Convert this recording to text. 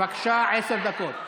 בבקשה, עשר דקות.